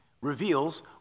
reveals